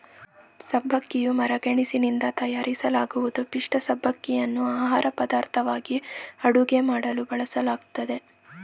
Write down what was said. ಸಬ್ಬಕ್ಕಿಯು ಮರಗೆಣಸಿನಿಂದ ತಯಾರಿಸಲಾಗುವ ಪಿಷ್ಠ ಸಬ್ಬಕ್ಕಿಯನ್ನು ಆಹಾರಪದಾರ್ಥವಾಗಿ ಅಡುಗೆ ಮಾಡಲು ಬಳಸಲಾಗ್ತದೆ